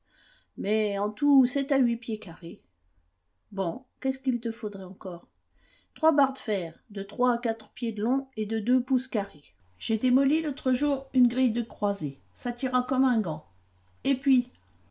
mais en tout sept à huit pieds carrés bon qu'est-ce qu'il te faudrait encore trois barres de fer de trois à quatre pieds de long et de deux pouces carrés j'ai démoli l'autre jour une grille de croisée ça t'ira comme un gant et puis